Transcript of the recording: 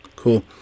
Cool